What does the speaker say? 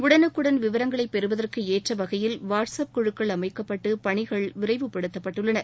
உடனுக்குடன் விவரங்களை பெறுவதற்கு ஏற்ற வகையில் வாட்ஸ்அப் குழுக்கள் அமைக்கப்பட்டு பணிகள் விரைவுப்படுத்தப்பட்டுள்ளன